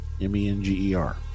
M-E-N-G-E-R